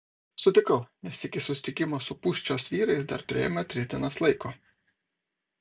sutikau nes iki susitikimo su pūščios vyrais dar turėjome tris dienas laiko